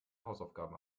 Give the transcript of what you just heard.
hausaufgaben